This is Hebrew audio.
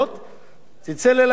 אתה יכול להעלות את זה לדיון.